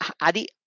Adi